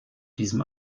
diesem